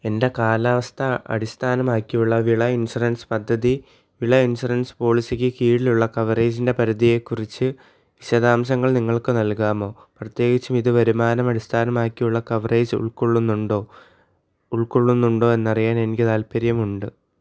എന്റെ കാലാവസ്ഥ അടിസ്ഥാനമാക്കിയുള്ള വിള ഇൻഷുറൻസ് പദ്ധതി വിള ഇൻഷുറൻസ് പോളിസിക്ക് കീഴിലുള്ള കവറേജിന്റെ പരിധിയെക്കുറിച്ച് വിശദാംശങ്ങൾ നിങ്ങൾക്ക് നൽകാമോ പ്രത്യേകിച്ചും ഇത് വരുമാനമടിസ്ഥാനമാക്കിയുള്ള കവറേജുൾ ഉൾക്കൊള്ളുന്നുണ്ടോ ഉൾക്കൊള്ളുന്നുണ്ടോ എന്നറിയാൻ എനിക്ക് താൽപ്പര്യമുണ്ട്